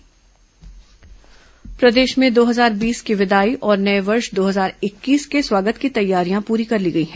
नव वर्ष बधाई प्रदेश में दो हजार बीस की विदाई और नए वर्ष दो हजार इक्कीस के स्वागत की तैयारियां पूरी कर ली गई हैं